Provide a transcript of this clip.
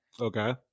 Okay